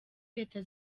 leta